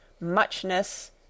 muchness